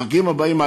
איזה חגים, ראש